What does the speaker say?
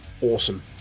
awesome